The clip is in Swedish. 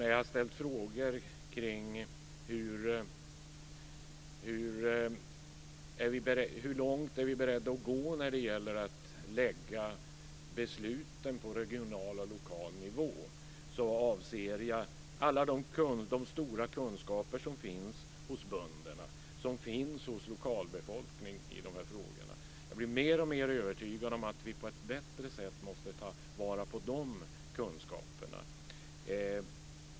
När jag har ställt frågor omkring hur långt vi är beredda att gå när det gäller att lägga besluten på regional och lokal nivå avser jag alla de stora kunskaper som finns hos bönderna och hos lokalbefolkningen i de här frågorna. Jag blir mer och mer övertygad om att vi på ett bättre sätt måste ta vara på de kunskaperna.